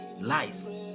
lies